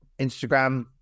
Instagram